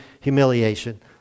humiliation